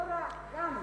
לא רק, גם.